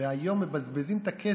והיום מבזבזים את הכסף,